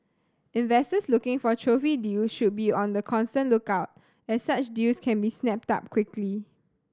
investors looking for trophy deal should be on the constant lookout as such deals can be snapped up quickly